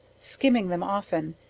skimming them often,